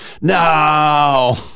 No